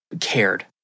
cared